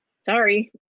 sorry